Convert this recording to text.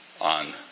on